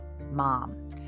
mom